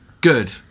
good